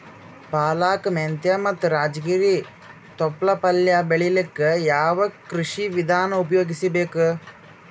ಪಾಲಕ, ಮೆಂತ್ಯ ಮತ್ತ ರಾಜಗಿರಿ ತೊಪ್ಲ ಪಲ್ಯ ಬೆಳಿಲಿಕ ಯಾವ ಕೃಷಿ ವಿಧಾನ ಉಪಯೋಗಿಸಿ ಬೇಕು?